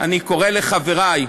אני קורא לחברי,